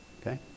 Okay